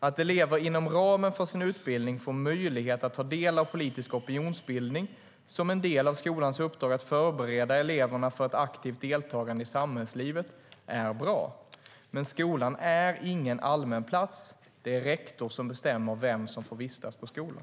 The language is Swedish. Att elever inom ramen för sin utbildning får möjlighet att ta del av politisk opinionsbildning som en del av skolans uppdrag att förbereda eleverna för ett aktivt deltagande i samhällslivet är bra. Men skolan är ingen allmän plats, och det är rektor som bestämmer vem som får vistas i skolan.